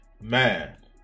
Man